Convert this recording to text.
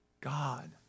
God